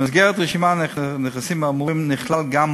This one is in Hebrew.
במסגרת רשימת הנכסים האמורים נכלל גם מעון-יום,